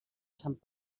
sant